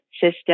system